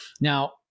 Now